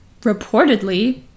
reportedly